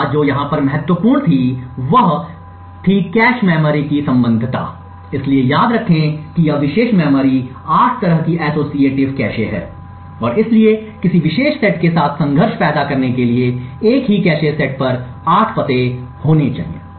एक बात जो यहाँ पर महत्वपूर्ण थी वह थी कैश मेमोरी की संबद्धता इसलिए याद रखें कि यह विशेष मेमोरी 8 तरह की एसोसिएटिव कैश है और इसलिए किसी विशेष सेट के साथ संघर्ष पैदा करने के लिए एक ही कैश सेट पर 8 पते होने चाहिए